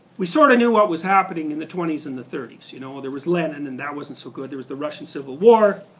we sort of knew what was happening in the twenties and the thirties. you know there was lenin, and that wasn't so good. there was the russian civil war.